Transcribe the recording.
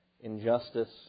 injustice